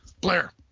Blair